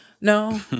No